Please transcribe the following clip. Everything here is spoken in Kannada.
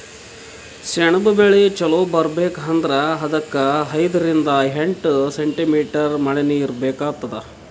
ಸೆಣಬ್ ಬೆಳಿ ಚಲೋ ಬರ್ಬೆಕ್ ಅಂದ್ರ ಅದಕ್ಕ್ ಐದರಿಂದ್ ಎಂಟ್ ಸೆಂಟಿಮೀಟರ್ ಮಳಿನೀರ್ ಬೇಕಾತದ್